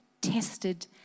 tested